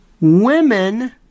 women